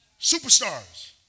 Superstars